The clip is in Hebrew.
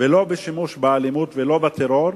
ולא בשימוש באלימות ולא בטרור,